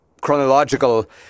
chronological